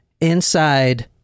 inside